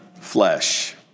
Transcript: flesh